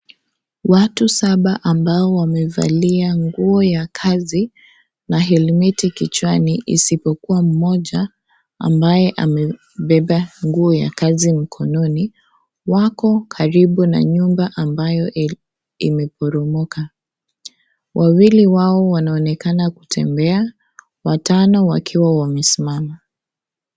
Watu saba ambao wamevalia nguo ya kazi na helmet kichwani isipokua mmoja ambaye amebeba nguo ya kazi mkononi. Wako karibu na nyumba ambayo imeporomoka. Wawili wao wanaonekana kutembea, watano wakiwa wamesimama.